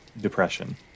depression